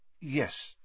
Yes